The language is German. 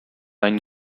ein